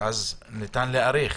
וניתן להאריך.